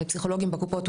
לפסיכולוגים בקופות,